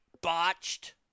botched